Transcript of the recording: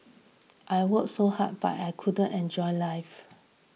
I worked so hard but I couldn't enjoy life